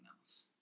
else